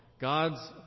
God's